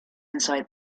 inside